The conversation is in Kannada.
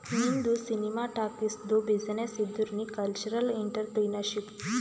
ನಿಂದು ಸಿನಿಮಾ ಟಾಕೀಸ್ದು ಬಿಸಿನ್ನೆಸ್ ಇದ್ದುರ್ ನೀ ಕಲ್ಚರಲ್ ಇಂಟ್ರಪ್ರಿನರ್ಶಿಪ್